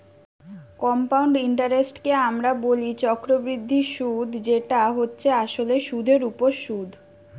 compound ইন্টারেস্টকে আমরা বলি চক্রবৃদ্ধি সুধ যেটা হচ্ছে আসলে সুধের ওপর সুধ